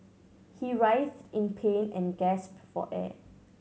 he writhed in pain and gasped for air